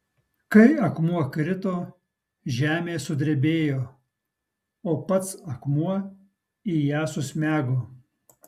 kai akmuo krito žemė sudrebėjo o pats akmuo į ją susmego